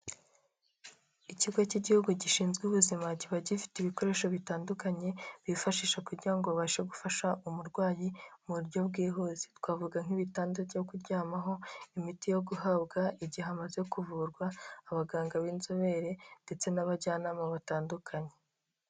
Ikigo cy'igihugu gishinzwe ubuzima kiba gifite ibikoresho bitandukanye, bifashisha kugira ngo babashe gufasha umurwayi mu buryo bwihuse, twavuga nk'ibitanda byo kuryamaho, imiti yo guhabwa igihe amaze kuvurwa, abaganga b'inzobere ndetse n'abajyanama batandukanye.